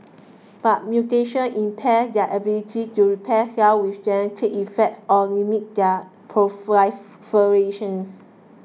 but mutations impair their ability to repair cells with genetic effects or limit their proliferations